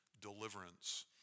deliverance